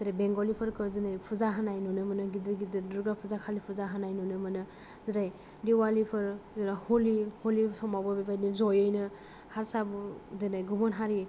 जेरै बेंगलिफोरखौ जेरै फुजा होनाय नुनो मोनो गिदिर गिदिर दुर्गा फुजा कालि फुजा होनाय नुनो मोनो जेरै दिवालिफोर हलि हलि समावबो बेबादि जयैनो हारसा दिनै गुबुन हारि